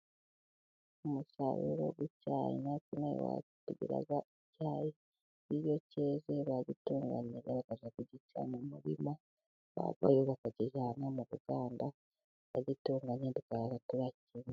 Umusaruro w'icyayi natwe ino aha iwacu tugira icyayi, iyo cyeze baragitunganya bakajya kugica mu murima, bavayo bakakijyana mu ruganda bakagitunganya kikahava turakinywa.